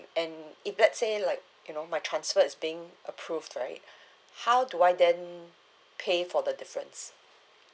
and if let's say like you know my transfer is being approved right how do I then pay for the difference